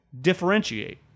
differentiate